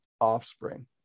offspring